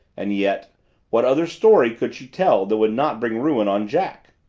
and yet what other story could she tell that would not bring ruin on jack?